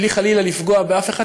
ומבלי חלילה לפגוע באף אחד,